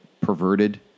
perverted